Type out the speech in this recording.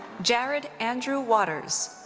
jarred andrew waters.